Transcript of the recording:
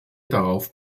darauf